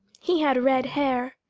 he had red hair.